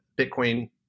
Bitcoin